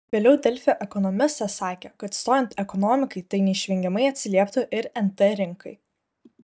vėliau delfi ekonomistas sakė kad stojant ekonomikai tai neišvengiamai atsilieptų ir nt rinkai